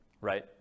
right